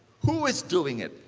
who is doing it?